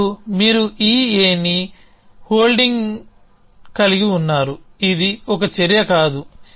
అప్పుడు మీరు ఈ Aను హోల్డింగ్ కలిగి ఉన్నారు ఇది ఒక చర్య కాదు